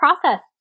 process